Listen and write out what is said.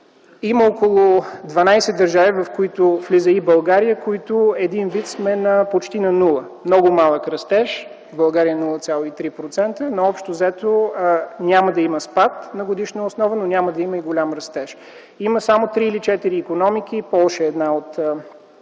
Има около 12 държави, в които влиза и България, които сме почти на нула, много малък растеж. В България – 0,3% растеж, но общо взето няма да има спад на годишна основа, но няма да има и голям растеж. Има само 3-4 икономики, Полша и